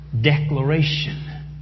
declaration